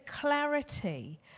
clarity